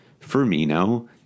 Firmino